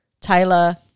Taylor